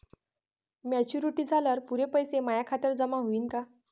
Maturity झाल्यावर पुरे पैसे माया खात्यावर जमा होईन का?